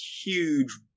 huge